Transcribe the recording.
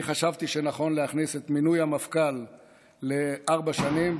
אני חשבתי שנכון להכניס את מינוי המפכ"ל לארבע שנים,